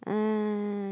uh